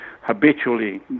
habitually